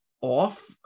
off